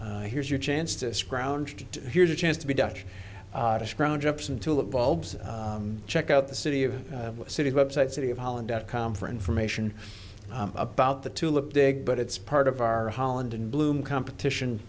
big here's your chance to scrounged here's a chance to be dutch to scrounge up some tulip bulbs check out the city of city website city of holland dot com for information about the tulip big but it's part of our holland in bloom competition